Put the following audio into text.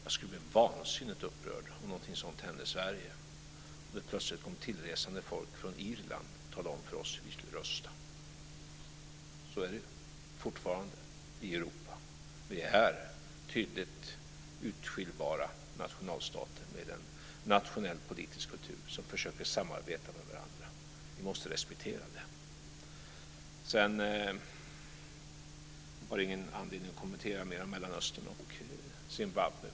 Jag skulle bli vansinnigt upprörd om något sådant hände i Sverige; om det plötsligt kom folk tillresande från Irland och talade om för oss hur vi skulle rösta. Det är fortfarande så i Europa. Vi är här tydligt urskiljbara nationalstater med en nationell politisk kultur som försöker samarbeta med varandra. Vi måste respektera det. Jag har ingen anledning att ytterligare kommentera frågan om Mellanöstern och Zimbabwe.